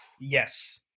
yes